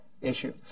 issue